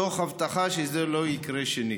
תוך הבטחה שזה לא יקרה שנית.